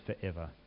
forever